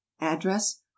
address